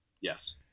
Yes